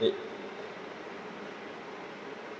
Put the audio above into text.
mm